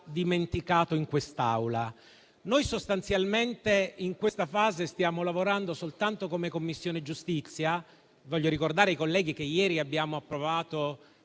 dimenticato in quest'Aula. Noi, sostanzialmente, in questa fase stiamo lavorando soltanto come Commissione giustizia. Voglio ricordare ai colleghi che ieri in Aula abbiamo approvato